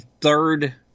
third